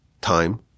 time